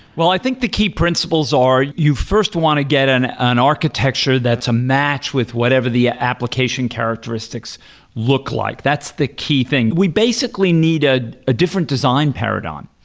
well, i think the key principles are you first want to get an an architecture that's a match with whatever the ah application characteristics look like. that's the key thing. we basically need ah a different design paradigm,